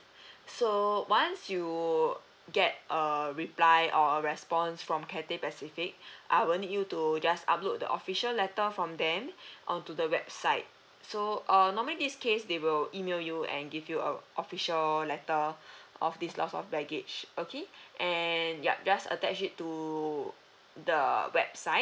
so once you get a reply or a response from Cathay Pacific I will need you to just upload the official letter from them onto the website so uh normally this case they will email you and give you a official letter of this loss of baggage okay and yup just attach it to the website